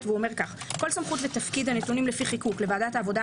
כל סמכות ותפקיד הנתונים לפי חיקוק לוועדת העבודה,